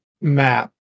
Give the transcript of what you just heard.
map